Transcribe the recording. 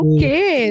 Okay